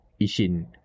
ishin